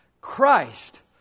Christ